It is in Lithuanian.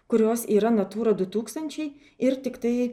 kurios yra natūra du tūkstančiai ir tiktai